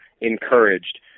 encouraged